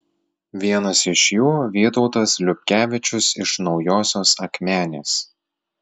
vienas iš jų vytautas liubkevičius iš naujosios akmenės